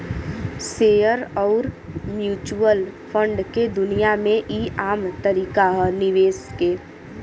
share अउर mutual fund के दुनिया मे ई आम तरीका ह निवेश के